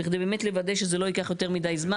כדי לוודא שזה לא ייקח יותר מדי זמן.